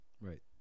Right